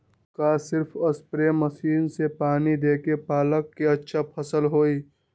का सिर्फ spray machine से पानी देके पालक के अच्छा फसल होई?